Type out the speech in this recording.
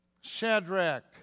Shadrach